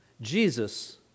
Jesus